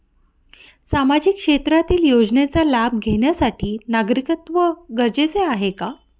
सामाजिक क्षेत्रातील योजनेचा लाभ घेण्यासाठी नागरिकत्व गरजेचे आहे का?